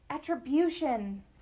Attribution